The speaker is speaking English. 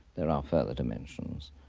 there are further dimensions.